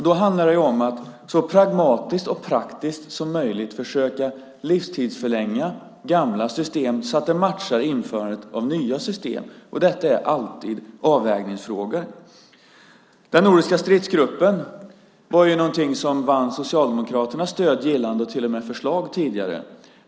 Då handlar det om att så pragmatiskt och praktiskt som möjligt försöka livstidsförlänga gamla system så att de matchar införandet av nya system. Detta är alltid avvägningsfrågor. Den nordiska stridsgruppen var något som vann Socialdemokraternas stöd, gillande och till och med förslag tidigare.